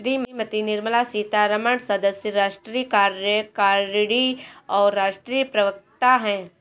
श्रीमती निर्मला सीतारमण सदस्य, राष्ट्रीय कार्यकारिणी और राष्ट्रीय प्रवक्ता हैं